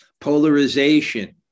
polarization